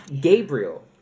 Gabriel